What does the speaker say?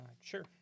sure